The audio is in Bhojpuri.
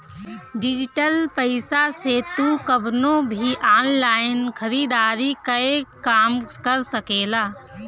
डिजटल पईसा से तू कवनो भी ऑनलाइन खरीदारी कअ काम कर सकेला